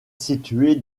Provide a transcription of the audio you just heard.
située